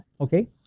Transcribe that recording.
Okay